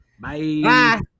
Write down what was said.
Bye